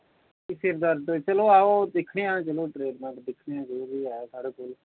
ते आओ दिक्खने आं जो बी ऐ ट्रीटमेंट साढ़े कश